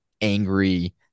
angry